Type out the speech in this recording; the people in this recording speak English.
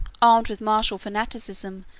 armed with martial fanaticism,